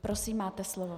Prosím, máte slovo.